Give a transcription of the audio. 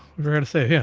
you're gonna say, yeah,